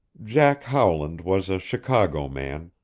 jack howland was a chicago man,